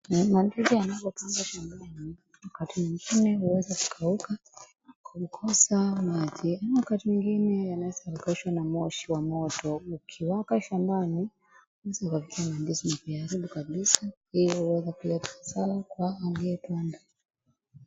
Mandizi yanapopandwa shambani, wakati mwingine huweza kukauka kwa kukosa maji. Ama wakati mwingine yanaweza kukaushwa na moshi wa moto ukiwaka shambani. HIzi huziharibu kabisa hivyo huweza kuleta hasara kwa waliopanda.